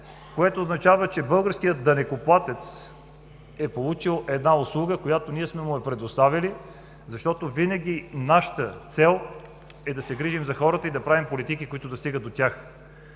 което означава, че българският данъкоплатец е получил услуга, която ние сме му я предоставили, защото винаги нашата цел е да се грижим за хората и да правим политики, които стигат до тях.